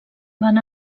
van